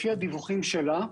לפי הדיווחים שלה,